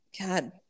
God